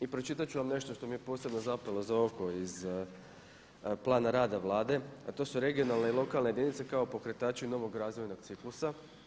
I pročitati ću vam nešto što mi je posebno zapelo za oko iz plana rada Vlade a to su regionalne i lokalne jedinice kao pokretači novog razvojnog ciklusa.